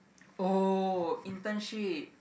orh internship